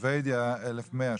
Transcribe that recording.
שבדיה 1,100 שעות.